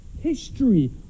History